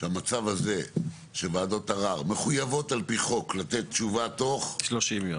שהמצב הזה שוועדות ערר מחויבות על פי חוק לתת תשובה תוך 30 יום.